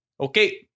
Okay